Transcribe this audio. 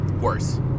worse